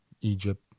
Egypt